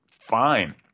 fine